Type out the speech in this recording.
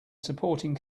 supporting